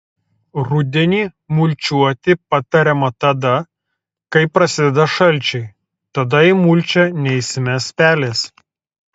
rudenį mulčiuoti patariama tada kai prasideda šalčiai tada į mulčią neįsimes pelės